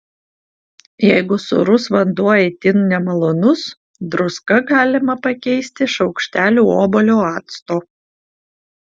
jeigu sūrus vanduo itin nemalonus druską galima pakeisti šaukšteliu obuolių acto